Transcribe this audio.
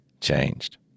changed